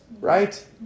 right